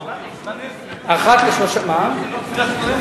אחת לשלושה חודשים,